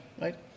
right